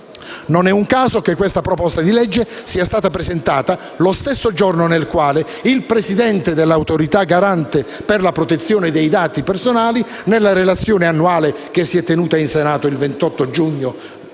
Non è un caso che la proposta di legge in esame sia stata presentata lo stesso giorno nel quale il Presidente dell'Autorità garante per la protezione dei dati personali, nella relazione annuale che si è tenuta in Senato il 28 giugno